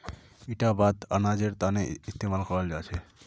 इटा बात अनाजेर तने इस्तेमाल कराल जा छे